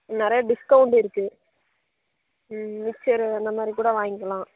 நிறையா டிஸ்கவுண்ட் இருக்குது மிக்சரு அந்தமாதிரி கூட வாங்கிக்கலாம்